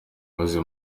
rose